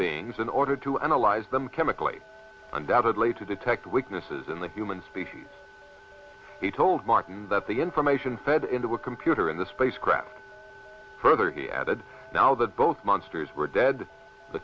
beings in order to analyze them chemically undoubtedly to detect weaknesses in the human species he told martin that the information fed into a computer in the spacecraft further he added now that both monsters were dead the